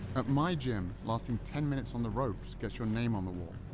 at my gym, lasting ten minutes on the ropes, gets your name on the wall.